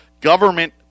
government